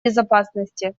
безопасности